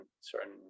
certain